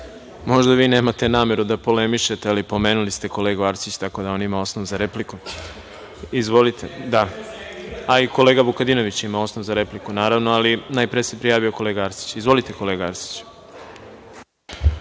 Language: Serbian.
vi nemate nameru da polemišete, ali pomenuli ste kolegu Arsića, tako da on ima osnova za repliku. I kolega Vukadinović ima osnova za repliku, ali najpre se prijavio kolega Arsić. Izvolite, kolega Arsiću.